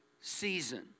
season